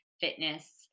fitness